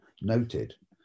noted